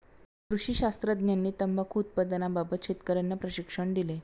कृषी शास्त्रज्ञांनी तंबाखू उत्पादनाबाबत शेतकर्यांना प्रशिक्षण दिले